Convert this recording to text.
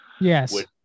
yes